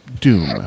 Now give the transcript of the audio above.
Doom